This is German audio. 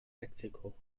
mexiko